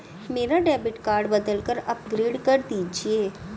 मेरा debit card बदलकर upgrade कर दीजिए